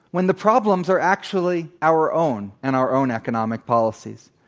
when the problems are actually our own and our own economic policies.